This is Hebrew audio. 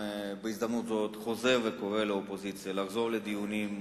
בהזדמנות זאת אני חוזר וקורא לאופוזיציה לחזור לדיונים,